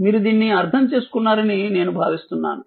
మీరు దీన్ని అర్థం చేసుకున్నారని నేను భావిస్తున్నాను